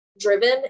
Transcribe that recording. driven